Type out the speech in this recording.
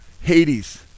Hades